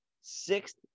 sixth